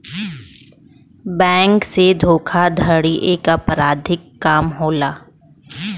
bank से धोखाधड़ी एक अपराधिक काम होला